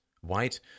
white